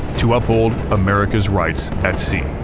to uphold america's rights at sea.